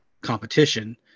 competition